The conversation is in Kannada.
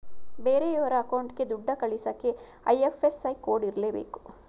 ಬೇರೆಯೋರ ಅಕೌಂಟ್ಗೆ ದುಡ್ಡ ಕಳಿಸಕ್ಕೆ ಐ.ಎಫ್.ಎಸ್.ಸಿ ಕೋಡ್ ಇರರ್ಲೇಬೇಕು